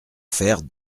faire